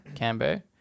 Cambo